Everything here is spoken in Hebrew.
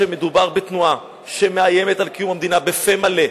כשמדובר בתנועה שמאיימת על קיום המדינה בפה מלא,